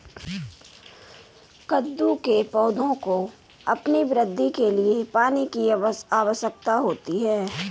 कद्दू के पौधों को अपनी वृद्धि के लिए पानी की आवश्यकता होती है